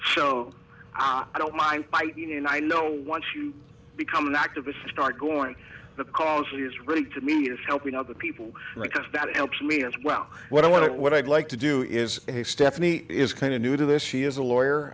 so i don't mind fighting and i know once you become an activist start going the cause is really to meet us helping other people like us that helps me as well what i'd like to do is stephanie is kind of new to this she is a lawyer